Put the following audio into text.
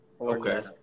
Okay